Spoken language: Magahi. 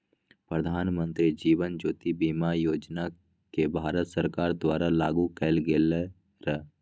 प्रधानमंत्री जीवन ज्योति बीमा योजना के भारत सरकार द्वारा लागू कएल गेलई र